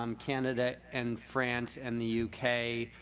um canada and france and the u k.